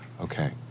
okay